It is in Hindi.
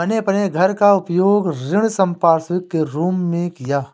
मैंने अपने घर का उपयोग ऋण संपार्श्विक के रूप में किया है